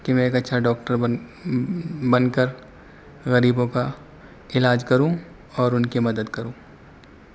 کہ میں ایک اچھا ڈاکٹر بن بن کر غریبوں کا علاج کروں اور ان کی مدد کروں